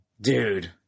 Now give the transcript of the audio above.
Dude